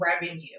revenue